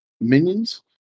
minions